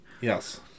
Yes